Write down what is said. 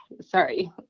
sorry